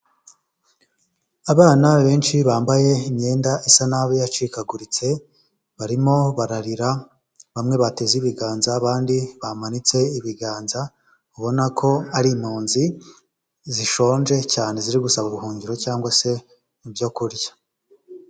Abana benshi bambaye imyenda isa nabi yacikaguritse barimo bararira, bamwe bateze ibiganza abandi bamanitse ibiganza, ubona ko ari impunzi zishonje cyane ziri gusaba ubuhungiro cyangwa se ibyo kurya.